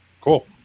cool